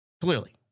clearly